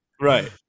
Right